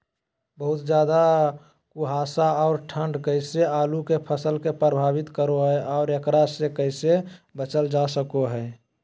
बहुत ज्यादा कुहासा और ठंड कैसे आलु के फसल के प्रभावित करो है और एकरा से कैसे बचल जा सको है?